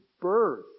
birth